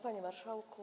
Panie Marszałku!